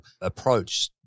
approach